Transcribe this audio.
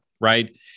right